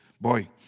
Boy